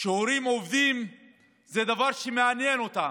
שהורים עובדים זה דבר שמעניין אותם,